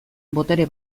botere